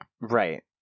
right